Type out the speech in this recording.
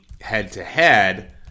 head-to-head